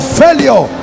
failure